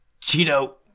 Cheeto